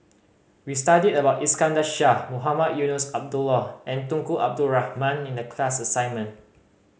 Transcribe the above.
we studied about Iskandar Shah Mohamed Eunos Abdullah and Tunku Abdul Rahman in the class assignment